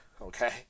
okay